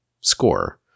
score